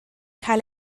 cael